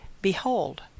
Behold